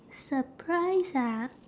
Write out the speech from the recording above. surprise ah